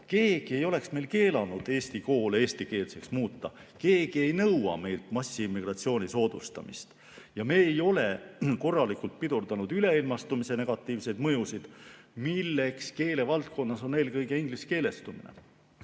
Keegi ei oleks meil keelanud Eesti koole eestikeelseks muuta, keegi ei nõua meilt massiimmigratsiooni soodustamist. Me ei ole korralikult pidurdanud üleilmastumise negatiivseid mõjusid, milleks keelevaldkonnas on eelkõige ingliskeelestumine.